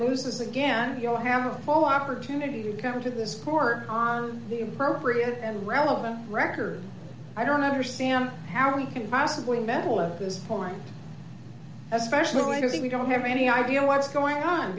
loses again you'll have a full opportunity to come to this court on the appropriate and relevant record i don't understand how we can possibly metal at this point especially when i think we don't have any idea what's going on